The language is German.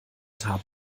tat